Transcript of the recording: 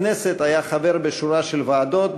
בכנסת היה חבר בשורה של ועדות,